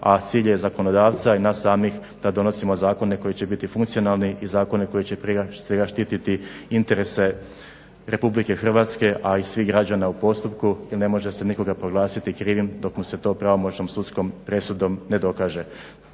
a cilj je zakonodavca i nas samih da donosimo zakone koji će biti funkcionalni i zakoni koji će prije svega štiti interese RH a i svih građana u postupku. jer ne može se nikoga proglasiti krivim dok mu se to pravomoćnom sudskom presudom ne dokaže.